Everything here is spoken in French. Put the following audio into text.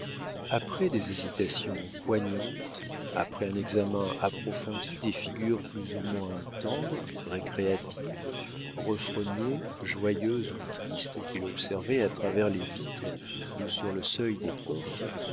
après des hésitations poignantes après un examen approfondi des figures plus ou moins tendres récréatives refrognées joyeuses ou tristes qu'il observait à travers les vitres ou sur le seuil des portes